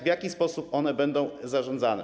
W jaki sposób one będą zarządzane?